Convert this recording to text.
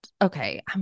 Okay